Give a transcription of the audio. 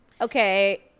Okay